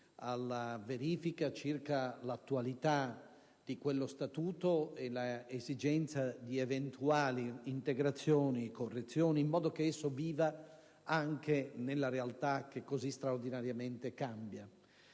alla verifica circa l'attualità di quello Statuto e all'esigenza di eventuali integrazioni e correzioni, in modo che esso viva anche nella realtà che così straordinariamente cambia.